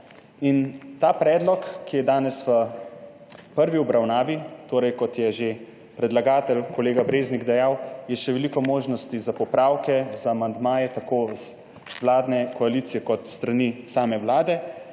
tem predlogu, ki je danes v prvi obravnavi, kot je že predlagatelj kolega Breznik dejal, je še veliko možnosti za popravke, za amandmaje tako od vladne koalicije kot s strani same Vlade.